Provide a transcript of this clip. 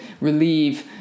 relieve